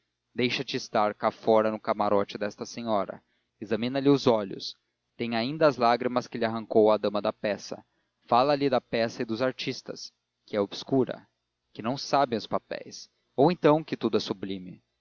e flores deixa-te estar cá fora no camarote desta senhora examina lhe os olhos têm ainda as lágrimas que lhe arrancou a dama da peça fala lhe da peça e dos artistas que é obscura que não sabem os papéis ou então que é tudo sublime